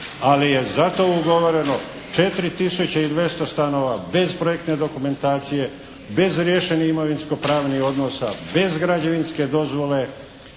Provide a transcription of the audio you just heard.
Ali je zato ugovoreno 4200 stanova bez projektne dokumentacije, bez riješenih imovinsko-pravnih odnosa, bez građevinske dozvole,